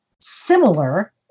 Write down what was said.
similar